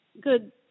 good